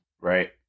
Right